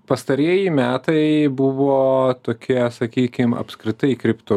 pastarieji metai buvo tokie sakykim apskritai kripto